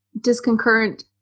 disconcurrent